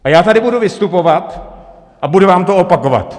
A já tady budu vystupovat a budu vám to opakovat!